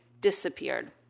disappeared